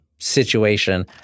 Situation